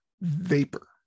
Vapor